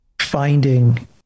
finding